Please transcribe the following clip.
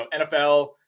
NFL